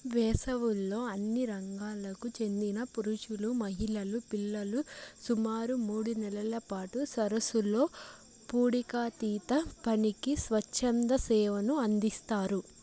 వేసవుల్లో అన్ని రంగాలకు చెందిన పురుషులు మహిళలు పిల్లలు సుమారు మూడు నెలల పాటు సరస్సులో పూడికతీత పనికి స్వచ్ఛంద సేవను అందిస్తారు